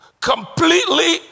completely